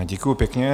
Děkuji pěkně.